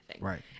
right